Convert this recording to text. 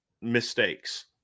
mistakes